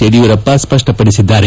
Yediyurappa ಸ್ಪಷ್ವಪಡಿಸಿದ್ದಾರೆ